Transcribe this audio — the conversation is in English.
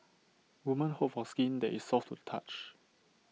women hope for skin that is soft to the touch